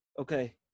Okay